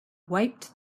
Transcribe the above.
wiped